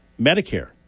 Medicare